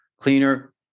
cleaner